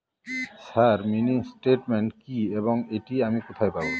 Sir mini statement কি এবং এটি আমি কোথায় পাবো?